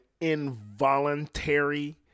involuntary